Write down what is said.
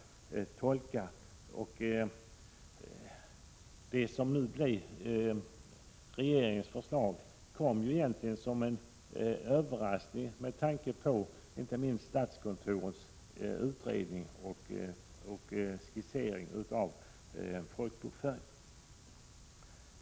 Det som nu är regeringens förslag kom egentligen som en överraskning, med tanke på inte minst statskontorets utredning och skissering av folkbokföringen.